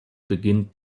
beginnt